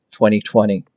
2020